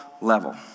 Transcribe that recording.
level